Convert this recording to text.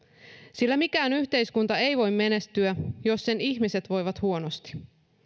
sillä mikään yhteiskunta ei voi menestyä jos sen ihmiset voivat huonosti